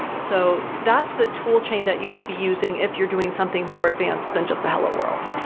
so that's the tool chain that you would be using if you are doing something more advanced than just a hello world.